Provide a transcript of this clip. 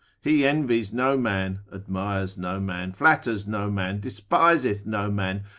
he envies no man, admires no man, flatters no man, despiseth no man,